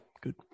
good